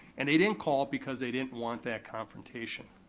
and they didn't call because they didn't want that confrontation.